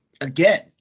again